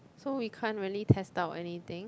so we can't really test out anything